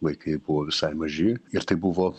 vaikai buvo visai maži ir tai buvo